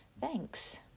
thanks